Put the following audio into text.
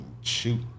shoot